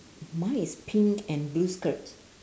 mine is pink and blue skirt